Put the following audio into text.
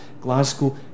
Glasgow